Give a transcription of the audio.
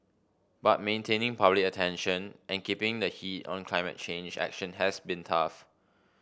but maintaining public attention and keeping the heat on climate change action has been tough